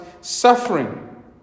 suffering